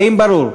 האם ברור?